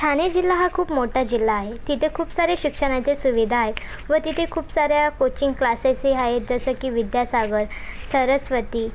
ठाणे जिल्हा हा खूप मोठा जिल्हा आहे तिथं खूप सारे शिक्षणाचे सुविधा आहे व तिथे खूप साऱ्या कोचिंग क्लासेस ही आहेत जसं की विद्यासागर सरस्वती